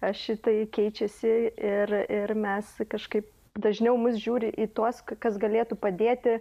aš šitai keičiasi ir mes kažkaip dažniau mus žiūri į tuos kas galėtų padėti